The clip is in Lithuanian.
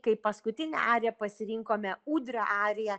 kaip paskutinę ariją pasirinkome ūdrio ariją